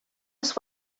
just